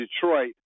Detroit